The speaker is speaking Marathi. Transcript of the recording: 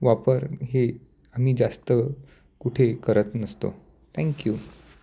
वापर हे आम्ही जास्त कुठे करत नसतो थँक्यू